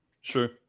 Sure